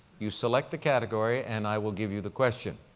you select the category and i will give you the question.